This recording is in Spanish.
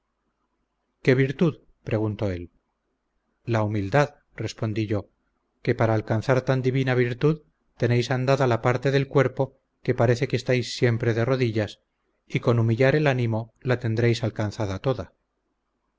qué virtud preguntó él la humildad respondí yo que para alcanzar tan divina virtud tenéis andada la parte del cuerpo que parece que estáis siempre de rodillas y con humillar el ánimo la tendréis alcanzada toda